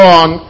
on